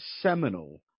seminal